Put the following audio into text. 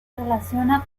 relaciona